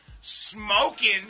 smoking